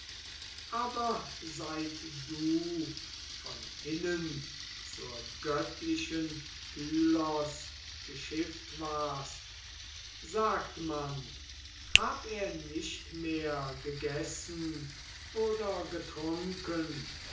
aber seit du von hinnen zur göttlichen pylos geschifft warst sagt man hab er nicht mehr gegessen oder getrunken